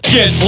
Get